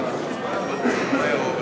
תשיב.